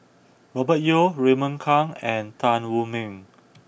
Robert Yeo Raymond Kang and Tan Wu Meng